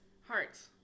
hearts